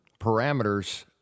parameters